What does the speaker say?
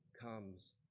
comes